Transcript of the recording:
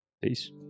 Peace